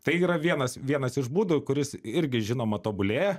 tai yra vienas vienas iš būdų kuris irgi žinoma tobulėja